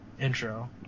intro